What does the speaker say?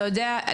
אתה יודע,